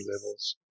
levels